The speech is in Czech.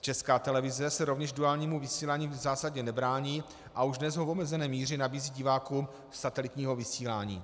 Česká televize se rovněž duálnímu vysílání v zásadě nebrání a už dnes ho v omezené míře nabízí divákům satelitního vysílání.